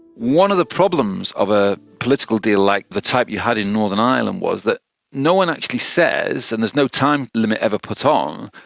one of the problems of a political deal like the type you had in northern ireland was that no one actually says, and there's no time limit ever put ah um